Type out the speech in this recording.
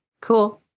cool